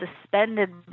suspended